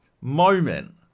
moment